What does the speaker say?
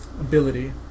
ability